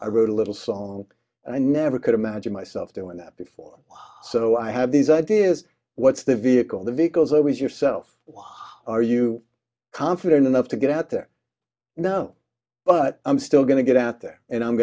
i wrote a little song and i never could imagine myself doing that before so i have these ideas what's the vehicle the vehicles always yourself why are you confident enough to get out there now but i'm still going to get out there and i'm